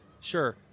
sure